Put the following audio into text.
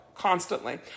Constantly